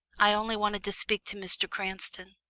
i only wanted to speak to mr. cranston.